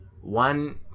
one